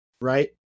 Right